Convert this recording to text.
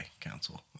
council